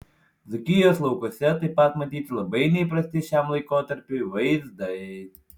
dzūkijos laukuose taip pat matyti labai neįprasti šiam laikotarpiui vaizdai